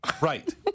Right